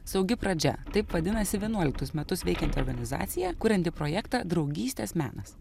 saugi pradžia taip vadinasi vienuoliktus metus veikianti organizacija kurianti projektą draugystės menas